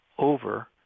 over